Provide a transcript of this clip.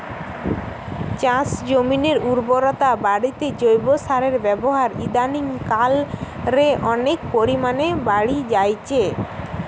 চাষজমিনের উর্বরতা বাড়িতে জৈব সারের ব্যাবহার ইদানিং কাল রে অনেক পরিমাণে বাড়ি জাইচে